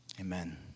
amen